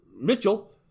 Mitchell